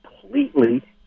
completely